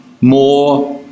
more